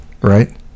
Right